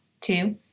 Two